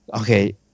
Okay